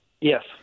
Yes